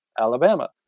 Alabama